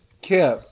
Kip